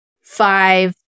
five